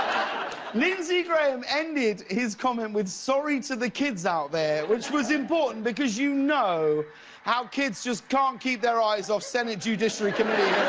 lindsey graham ended his comment with sorry to the kids out there, which was important because you know how kids just can't keep their eyes off senate judiciary committee